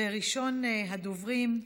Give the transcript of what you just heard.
ראשון הדוברים,